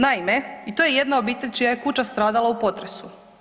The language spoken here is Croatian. Naime, i to je jedna obitelj čija je kuća stradala u potresu.